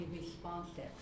responsive